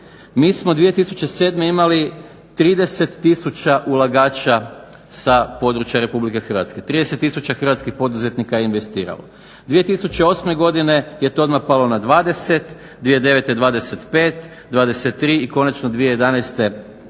mi smo 2007. imali 30000 ulagača sa područja Republike Hrvatske, 30000 hrvatskih poduzetnika je investiralo. 2008. godine je to odmah palo na 20, 2009. 25, 23 i konačno 2011. 21.